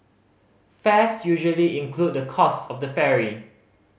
fares usually include the cost of the ferry